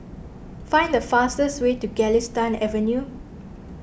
find the fastest way to Galistan Avenue